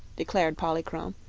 declared polychrome.